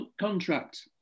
contract